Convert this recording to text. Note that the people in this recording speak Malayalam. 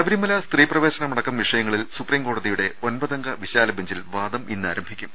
ശബരിമല സ്ത്രീപ്രവേശനമടക്കം വിഷയങ്ങളിൽ സുപ്രീം കോടതിയുടെ ഒൻപതംഗ വിശാല ബഞ്ചിൽ വാദം ഇന്നാരംഭിക്കും